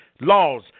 laws